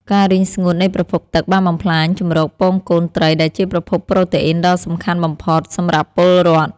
ការរីងស្ងួតនៃប្រភពទឹកបានបំផ្លាញជម្រកពងកូនត្រីដែលជាប្រភពប្រូតេអ៊ីនដ៏សំខាន់បំផុតសម្រាប់ពលរដ្ឋ។